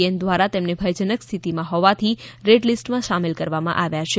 N દ્વારા તેમને ભયજનક સ્થિતિમાં હોવાથી રેડ લિસ્ટમાં સામેલ કરવામાં આવ્યા છે